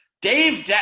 Dave